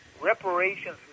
Reparations